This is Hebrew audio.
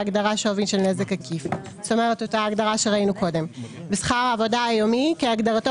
בהגדרה "שווי של נזק עקיף"; ו"שכר העבודה היומי" כהגדרתו